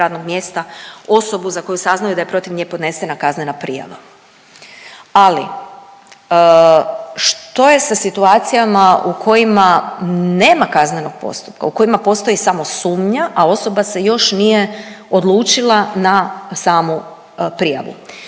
radnog mjesta osobu za koju saznaju da je protiv nje podnesena kaznena prijava. Ali što je sa situacijama u kojima nema kaznenog postupka u kojima postoji samo sumnja, a osoba se još nije odlučila na samu prijavu